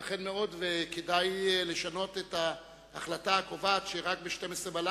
ייתכן מאוד שכדאי לשנות את ההחלטה הקובעת שרק ב-24:00,